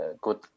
good